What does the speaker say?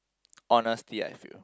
honestly I feel